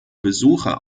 besucher